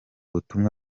butumwa